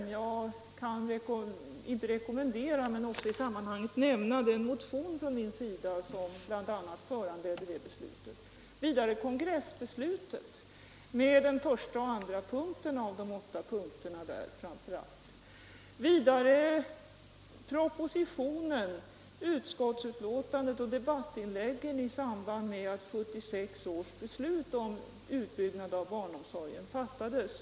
Och jag skall väl inte rekommendera men i sammanhanget nämna den motion från min sida som bl.a. föranledde det beslutet. Vidare kongressbeslutet med framför allt den första och den andra punkten av de åtta punkterna där. Vidare propositionen, utskottsbetänkandet och debattinläggen i samband med att 1976 års beslut om utbyggnaden av barnomsorgen fattades.